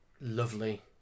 lovely